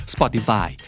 Spotify